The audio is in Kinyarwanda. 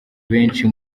benshi